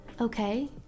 Okay